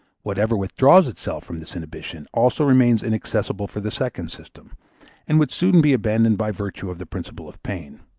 whatever withdraws itself from this inhibition also remains inaccessible for the second system and would soon be abandoned by virtue of the principle of pain.